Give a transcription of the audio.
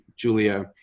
julia